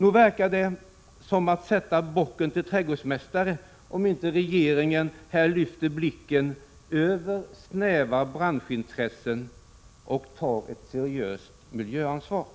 Nog är det som att sätta bocken till trädgårdsmästare om inte regeringen här lyfter blicken över snäva branschintressen och tar ett seriöst miljöansvar.